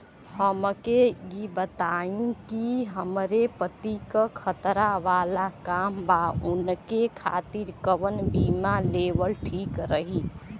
हमके ई बताईं कि हमरे पति क खतरा वाला काम बा ऊनके खातिर कवन बीमा लेवल ठीक रही?